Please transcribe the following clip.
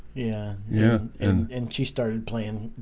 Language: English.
yeah, yeah, and and she started playing